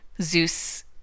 Zeus